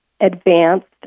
advanced